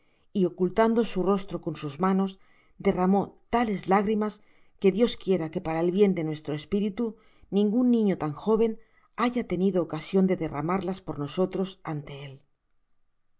y ocultando su rostro con sus manos derramó tales lágrimas que dios quiera que para el bien de nuestro espiritu ningun niño tan joven haya tenido ocasion de derramarlas por nosotros ante él